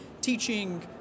teaching